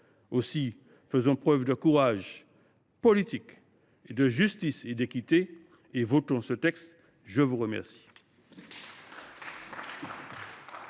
Aussi, faisons preuve de courage politique, de justice et d’équité en votant ce texte. La parole